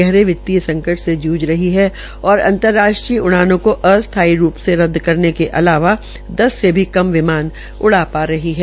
गहरे वितीय संकट से जूझ रही है और अंतर्राष्ट्रीय उड़ानों को अस्थाई रूप से रद्द करने के इलावा दस से भी कम विमान उड़ान रही है